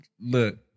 Look